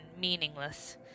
meaningless